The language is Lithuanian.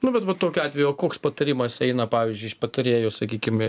nu bet va tokiu atveju o koks patarimas eina pavyzdžiui iš patarėjo sakykim